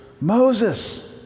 Moses